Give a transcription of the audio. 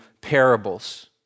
parables